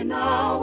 now